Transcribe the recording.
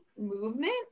movement